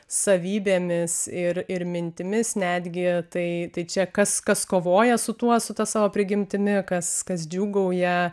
savybėmis ir ir mintimis netgi tai tai čia kas kas kovoja su tuo su ta savo prigimtimi kas kas džiūgauja